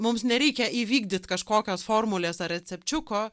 mums nereikia įvykdyt kažkokios formulės recepčiuko